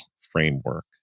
framework